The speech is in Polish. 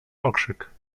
okrzyk